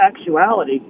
actuality